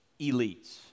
elites